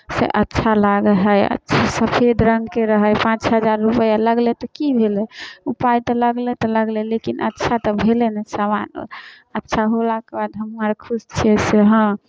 से अच्छा लागै हइ अच्छा सफेद रङ्गके रहै पाँच हजार रुपैआ लगलै तऽ कि भेलै ओ पाइ तऽ लागलै तऽ लगलै लेकिन अच्छा तऽ भेलै ने समान अच्छा होलाके बाद हमहूँ आर खुश छिए से हँ